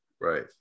right